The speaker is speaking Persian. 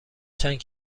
چند